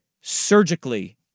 surgically